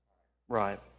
Right